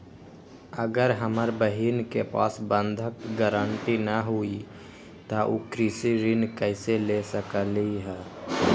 अगर हमर बहिन के पास बंधक गरान्टी न हई त उ कृषि ऋण कईसे ले सकलई ह?